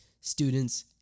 students